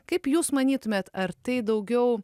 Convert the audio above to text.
kaip jūs manytumėt ar tai daugiau